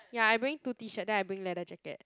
ya I bringing two T shirt then I bring leather jacket